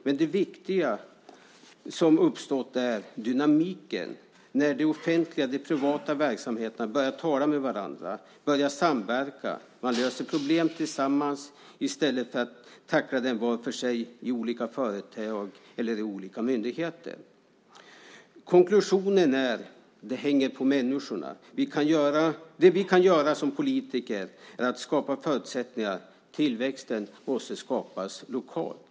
Men det viktiga därmed är den dynamik som uppstår när man i de offentliga och de privata verksamheterna börjar tala med varandra och börjar samverka. Man löser problem tillsammans i stället för att var för sig tackla dem i olika företag eller hos olika myndigheter. Konklusionen är att det hänger på människorna. Det vi som politiker kan göra är att skapa förutsättningar. Tillväxten måste skapas lokalt.